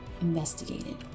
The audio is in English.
investigated